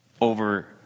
over